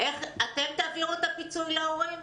אתם תעבירו את הפיצוי להורים?